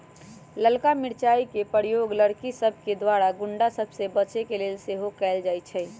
ललका मिरचाइ के प्रयोग लड़कि सभके द्वारा गुण्डा सभ से बचे के लेल सेहो कएल जाइ छइ